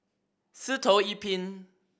Sitoh Yih Pin